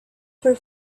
for